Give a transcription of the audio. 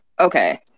okay